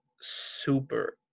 super